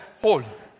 holes